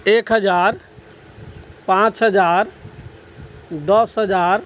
एक हजार पाँच हजार दस हजार